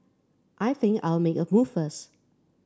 I think I'll make a move first